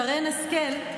שרן השכל,